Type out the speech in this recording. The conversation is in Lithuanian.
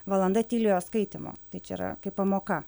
valanda tyliojo skaitymo tai čia yra kaip pamoka